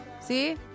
See